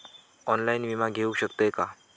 Online विमा घेऊ शकतय का?